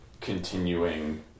continuing